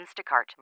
Instacart